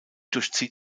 durchzieht